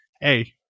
Hey